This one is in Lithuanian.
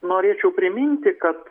norėčiau priminti kad